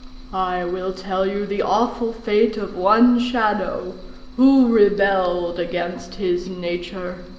i will tell you the awful fate of one shadow who rebelled against his nature,